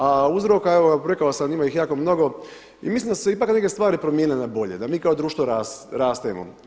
A uzroka evo rekao sam ima ih jako mnogo i mislim da su se ipak neke stvari promijenile na bolje, da mi kao društvo rastemo.